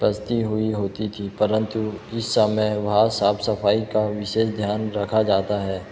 हुई होती थी परंतु इस समय वहाँ साफ सफाई का विशेष ध्यान रखा जाता है